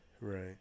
Right